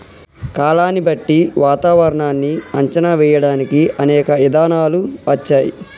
కాలాన్ని బట్టి వాతావరనాన్ని అంచనా వేయడానికి అనేక ఇధానాలు వచ్చాయి